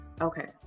Okay